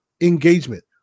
engagement